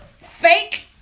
fake